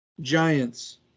Giants